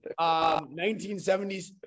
1970s